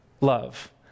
love